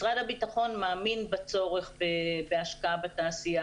משרד הביטחון מאמין בצורך בהשקעה בתעשייה